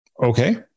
Okay